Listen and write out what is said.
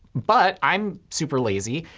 but i'm super lazy.